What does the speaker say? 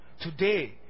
Today